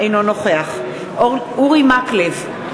אינו נוכח אורי מקלב,